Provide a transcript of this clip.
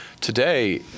Today